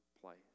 place